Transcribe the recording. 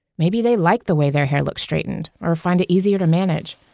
maybe they like the way their hair looked straightened, or find it easier to manage,